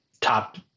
top